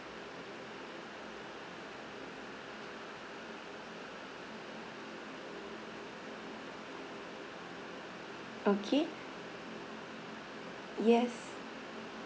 okay yes